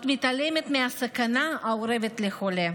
המתעלמת מהסכנה האורבת לחולה.